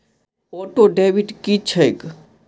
Auto debit की छैक?